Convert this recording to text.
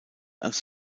als